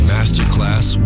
Masterclass